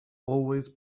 always